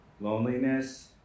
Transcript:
loneliness